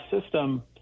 system